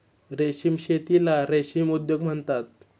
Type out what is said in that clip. रेशीम शेतीला रेशीम उद्योग म्हणतात